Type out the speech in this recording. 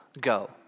go